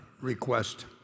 request